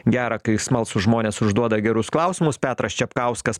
gera kai smalsūs žmonės užduoda gerus klausimus petras čepkauskas